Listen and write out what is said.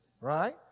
Right